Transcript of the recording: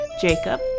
Jacob